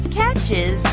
catches